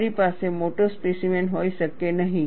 તમારી પાસે મોટો સ્પેસીમેન હોઈ શકે નહીં